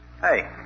Hey